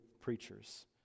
preachers